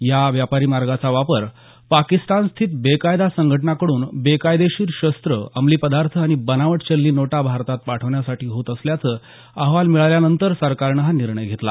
या व्यापारी मार्गाचा वापर पाकिस्तानस्थित बेकायदा संघटनांकडून बेकायदेशीर शस्त्रं अंमली पदार्थ आणि बनावट चलनी नोटा भारतात पाठवण्यासाठी होत असल्याचा अहवाल मिळाल्यानंतर सरकारनं हा निर्णय घेतला